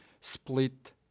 split